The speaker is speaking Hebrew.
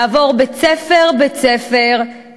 נעבור בית-ספר-בית-ספר,